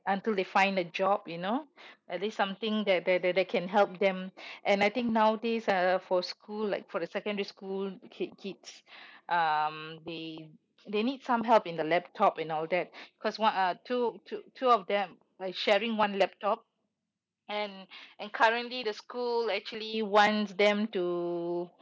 until they find a job you know at least something that they they can help them and I think nowadays uh for school like for the secondary school kid kids um they they need some help in the laptop you know that because one uh two two two of them like sharing one laptop and and currently the school actually wants them to